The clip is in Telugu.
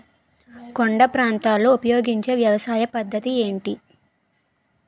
కొండ ప్రాంతాల్లో ఉపయోగించే వ్యవసాయ పద్ధతి ఏంటి?